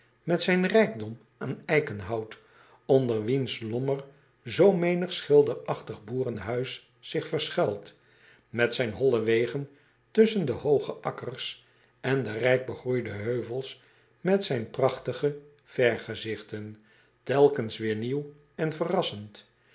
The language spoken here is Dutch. met zijn rijkdom aan eikenhout onder wiens lommer zoo menig schilderachtig boerenhuis zich verschuilt met zijn holle wegen tusschen de hooge akkers en de rijk begroeide heuvels met zijn prachtige vergezigten telkens weêr nieuw en verrassend